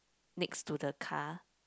next to the car